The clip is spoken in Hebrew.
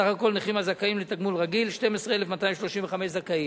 סך כל הנכים הזכאים לתגמול רגיל הוא 12,235 זכאים.